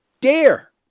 dare